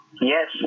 Yes